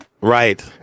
right